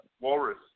Walrus